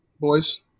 boys